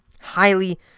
Highly